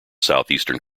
southeastern